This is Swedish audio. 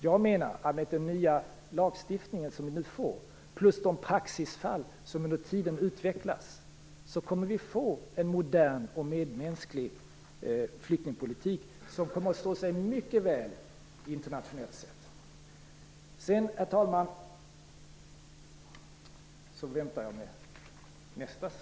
Jag menar att vi med den nya lagstiftningen plus de praxisfall som utvecklas under tiden kommer att få en modern och medmänsklig flyktingpolitik, som kommer att stå sig mycket väl internationellt sett.